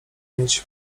mieć